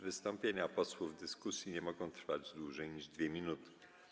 Wystąpienia posłów w dyskusji nie mogą trwać dłużej niż 2 minuty.